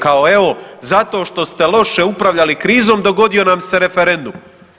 Kao, evo, zato što ste loše upravljali krizom dogodio nam se referendum.